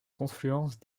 confluence